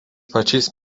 pačiais